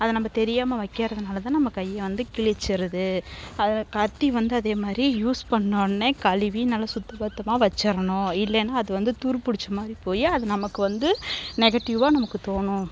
அது நம்ம தெரியாமல் வைக்கறதுனாலதான் நம்ம கையை வந்து கிழிச்சிடுது அதை கத்தி வந்து அதேமாதிரி யூஸ் பண்ணோடனே கழுவி நல்ல சுத்த பத்தமாக வச்சிடணும் இல்லைனா அது வந்து துருப்பிடுச்ச மாதிரி போய் அது நமக்கு வந்து நெகட்டிவாக நமக்குத் தோணும்